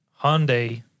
Hyundai